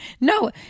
No